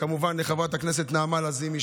כמובן לחברת הכנסת נעמה לזימי,